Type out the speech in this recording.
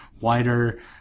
wider